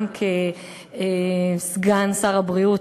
גם כסגן שר הבריאות,